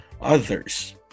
others